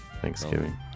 Thanksgiving